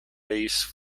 base